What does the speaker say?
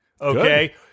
Okay